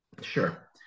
Sure